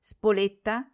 Spoletta